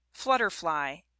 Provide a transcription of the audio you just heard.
Flutterfly